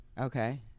Okay